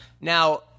now